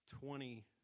twenty